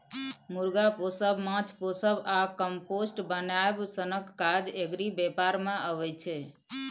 मुर्गा पोसब, माछ पोसब आ कंपोस्ट बनाएब सनक काज एग्री बेपार मे अबै छै